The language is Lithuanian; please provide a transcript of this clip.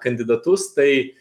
kandidatus tai